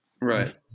right